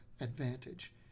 advantage